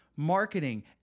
marketing